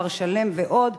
כפר-שלם ועוד,